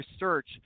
research